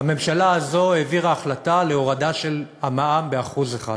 הממשלה הזאת הובילה החלטה על הורדה של המע"מ ב-1%,